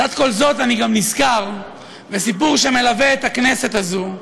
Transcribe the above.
לצד כל זאת אני גם נזכר בסיפור שמלווה את הכנסת הזאת.